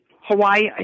Hawaii